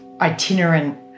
itinerant